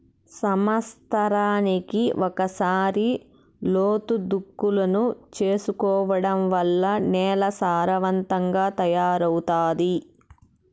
సమత్సరానికి ఒకసారి లోతు దుక్కులను చేసుకోవడం వల్ల నేల సారవంతంగా తయారవుతాది